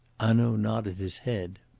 hanaud nodded his head.